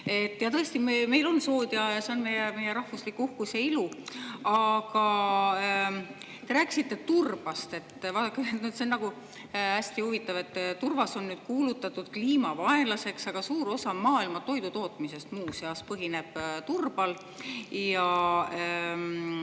Tõesti, meil on sood ja need on meie rahvuslik uhkus ja ilu. Aga te rääkisite turbast. Vaadake, see on hästi huvitav, et turvas on kuulutatud kliima vaenlaseks, aga suur osa maailma toidutootmisest, muuseas, põhineb turbal.